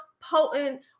potent